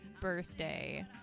birthday